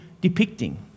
depicting